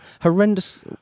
horrendous